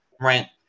Right